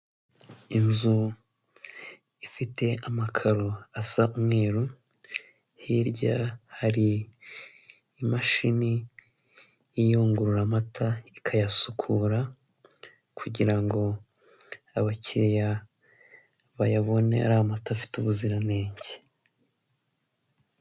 Inzu ifite amakaro asa umweru, hirya har' imashini iyungurura amata ikayasukura ,kugira ngo abakiriya bayabone ar' amata afite ubuziranenge.